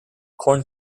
corn